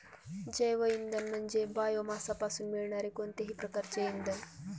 जैवइंधन म्हणजे बायोमासपासून मिळणारे कोणतेही प्रकारचे इंधन